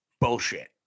bullshit